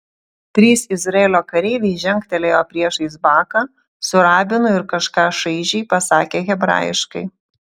trys izraelio kareiviai žengtelėjo priešais baką su rabinu ir kažką šaižiai pasakė hebrajiškai